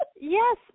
Yes